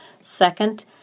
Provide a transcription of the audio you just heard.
Second